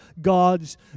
God's